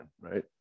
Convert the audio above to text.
right